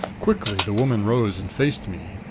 quickly the woman rose and faced me.